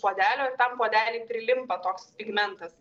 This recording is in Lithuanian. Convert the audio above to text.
puodelio ir tam puodely prilimpa toks pigmentas